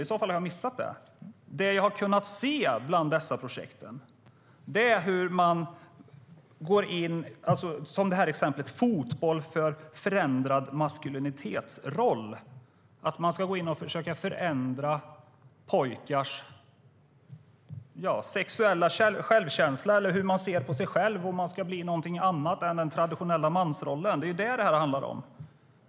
I så fall har jag missat det. Det jag har kunnat se bland dessa projekt är sådant som exemplet fotboll för förändrad maskulinitetsroll. Man ska gå in och försöka förändra pojkars sexuella självkänsla eller hur de ser på sig själva och om de ska bli någonting annat än enligt den traditionella mansrollen. Det är vad det handlar om.